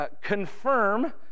confirm